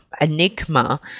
enigma